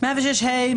106ה?